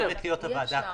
היא חייבת להיות ועדה קבועה.